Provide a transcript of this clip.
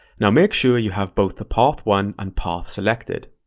now make sure you have both the path one and path selected.